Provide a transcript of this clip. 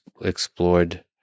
explored